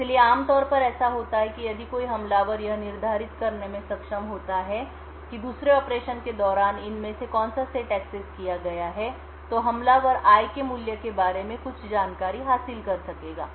इसलिए आम तौर पर ऐसा होता है कि यदि कोई हमलावर यह निर्धारित करने में सक्षम होता है कि दूसरे ऑपरेशन के दौरान इनमें से कौन सा सेट एक्सेस किया गया है तो हमलावर i के मूल्य के बारे में कुछ जानकारी हासिल कर सकेगा